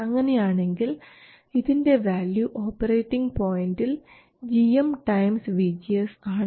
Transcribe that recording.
അങ്ങനെയാണെങ്കിൽ ഇതിൻറെ value operating പോയൻറിൽ gm ടൈംസ് vGS ആണ്